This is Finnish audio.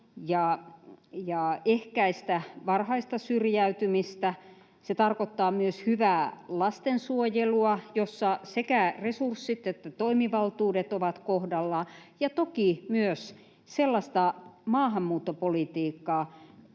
ja ehkäistä varhaista syrjäytymistä. Se tarkoittaa myös hyvää lastensuojelua, jossa sekä resurssit että toimivaltuudet ovat kohdallaan, ja toki myös sellaista maahanmuuttopolitiikkaa,